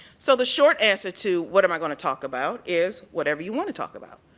so the short answer to what am i going to talk about is whatever you want to talk about.